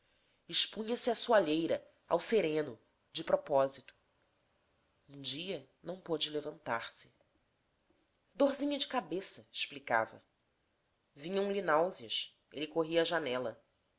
impertinente expunha se à soalheira ao sereno de propósito um dia não pôde levantar-se dorzinha de cabeça explicava vinham-lhe náuseas ele corria à janela